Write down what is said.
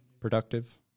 Productive